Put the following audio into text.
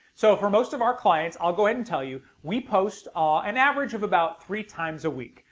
so for most of our clients i'll go ahead and tell you we post ah an average of about three times a week.